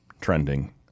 trending